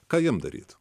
ką jiem daryti